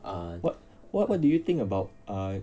what what what do you think about uh